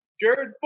Jared